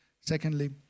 Secondly